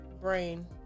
brain